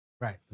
Right